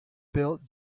built